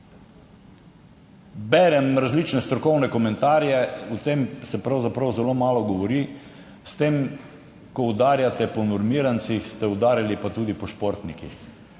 Berem različne strokovne komentarje, o tem se pravzaprav zelo malo govori, s tem, ko udarjate po normirancih, ste udarili pa tudi po športnikih.